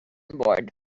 board